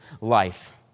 life